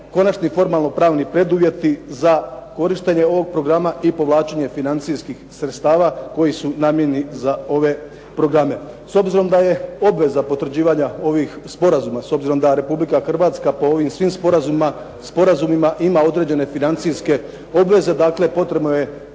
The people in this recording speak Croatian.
konačni formalno pravni preduvjeti za korištenje ovog programa i povlačenje financijskih sredstava koji su namijenjeni za ove programe. S obzirom da je obveza potvrđivanja ovih sporazuma s obzirom da Republika Hrvatska po ovim svim sporazumima ima određene financijske obveze potrebno je,